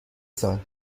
سال